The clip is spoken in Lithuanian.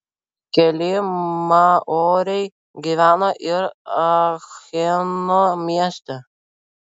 keli maoriai gyveno ir acheno mieste